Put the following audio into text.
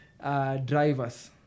drivers